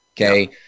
okay